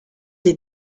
des